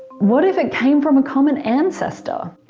what if it came from a common ancestor?